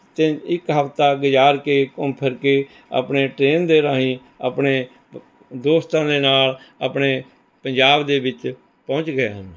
ਅਤੇ ਇੱਕ ਹਫਤਾ ਗੁਜਾਰ ਕੇ ਘੁੰਮ ਫਿਰ ਦੇ ਆਪਣੇ ਟਰੇਨ ਦੇ ਰਾਹੀਂ ਆਪਣੇ ਪ ਦੋਸਤਾਂ ਦੇ ਨਾਲ ਆਪਣੇ ਪੰਜਾਬ ਦੇ ਵਿੱਚ ਪਹੁੰਚ ਗਏ ਹਨ